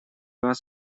вас